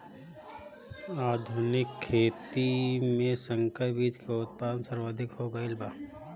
आधुनिक खेती में संकर बीज के उत्पादन सर्वाधिक हो गईल बा